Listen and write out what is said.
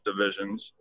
divisions